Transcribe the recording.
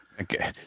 Okay